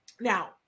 Now